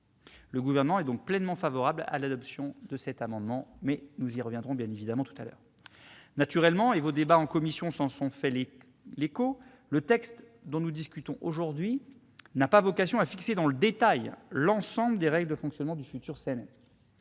Le Gouvernement est donc pleinement favorable à l'adoption de cet amendement. Naturellement- vos débats en commission s'en sont fait l'écho -, le texte dont nous discutons aujourd'hui n'a pas vocation à fixer dans le détail l'ensemble des règles de fonctionnement du futur CNM.